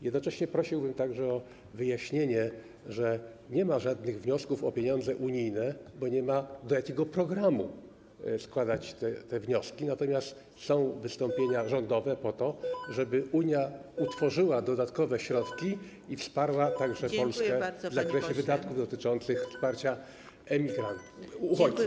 Jednocześnie prosiłbym także o wyjaśnienie, że nie ma żadnych wniosków o pieniądze unijne, bo nie ma do jakiego programu składać tych wniosków, natomiast są wystąpienia rządowe po to, żeby Unia utworzyła dodatkowe środki i wsparła także Polskę w zakresie wydatków dotyczących wsparcia uchodźców.